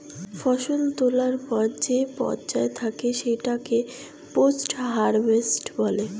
ফসল তোলার পর যে পর্যায় থাকে সেটাকে পোস্ট হারভেস্ট বলে